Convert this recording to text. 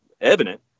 evident